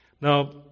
Now